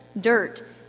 dirt